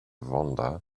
vonda